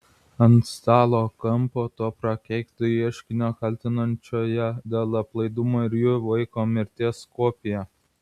ant stalo kampo to prakeikto ieškinio kaltinančio ją dėl aplaidumo ir jų vaiko mirties kopija